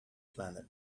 planet